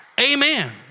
Amen